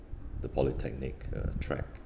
the polytechnic uh track